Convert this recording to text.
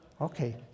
Okay